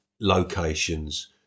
locations